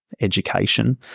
education